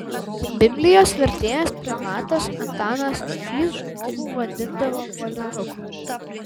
biblijos vertėjas prelatas antanas rubšys žmogų vadindavo molinuku